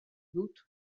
dut